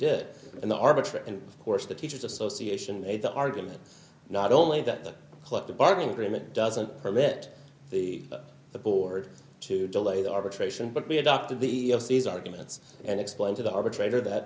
and of course the teacher's association made the argument not only that the collective bargaining agreement doesn't permit the the board to delay the arbitration but be adopted the ses arguments and explain to the arbitrator that